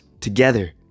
together